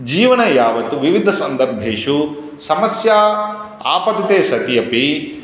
जीवने यावत् विविधसन्दर्भेषु समस्या आपतिते सति अपि